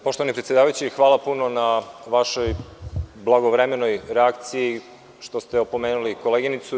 Poštovani predsedavajući, hvala puno na vašoj blagovremenoj reakciji, što ste opomenuli koleginicu.